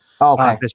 Okay